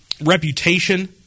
reputation